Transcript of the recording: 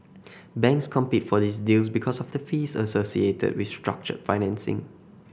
banks compete for these deals because of the fees associated with structured financing